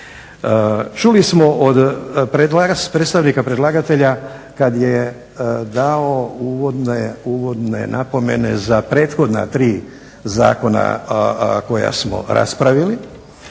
Čuli smo od predstavnika predlagatelja kada je dao uvodne napomene za prethodna tri zakona koja smo raspravili,